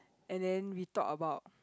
and then we talk about